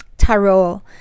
tarot